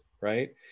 right